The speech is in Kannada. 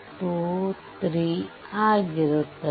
23 ಆಗುತ್ತದೆ